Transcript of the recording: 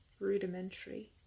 rudimentary